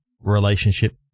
relationship